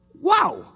Wow